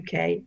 uk